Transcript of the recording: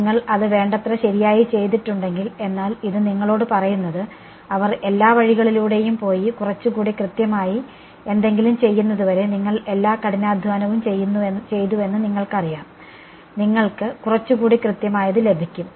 നിങ്ങൾ അത് വേണ്ടത്ര ശരിയായി ചെയ്തിട്ടുണ്ടെങ്കിൽ എന്നാൽ ഇത് നിങ്ങളോട് പറയുന്നത് അവർ എല്ലാ വഴികളിലൂടെയും പോയി കുറച്ചുകൂടി കൃത്യമായി എന്തെങ്കിലും ചെയ്യുന്നതുവരെ നിങ്ങൾ എല്ലാ കഠിനാധ്വാനവും ചെയ്തുവെന്ന് നിങ്ങൾക്കറിയാം നിങ്ങൾക്ക് കുറച്ചുകൂടി കൃത്യമായത് ലഭിക്കും